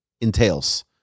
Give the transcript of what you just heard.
entails